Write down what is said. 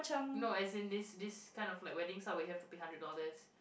no as in these these kind of like wedding stuff where you have pay hundred dollars